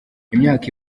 imyaka